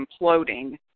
imploding